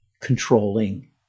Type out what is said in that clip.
controlling